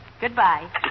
Goodbye